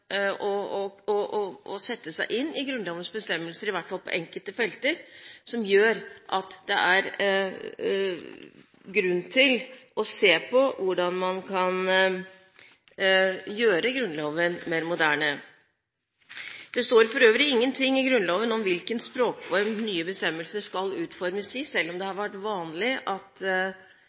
å sette seg inn i Grunnlovens bestemmelser, i hvert fall på enkelte felter – noe som gjør at det er grunn til å se på hvordan man kan gjøre Grunnloven mer moderne. Det står for øvrig ingenting i Grunnloven om hvilken språkform nye bestemmelser skal utformes i, selv om det har vært vanlig at